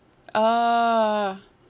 uh